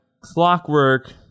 Clockwork